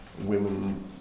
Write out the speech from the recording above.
women